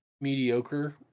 mediocre